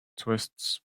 twists